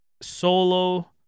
solo